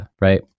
right